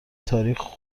تاریخ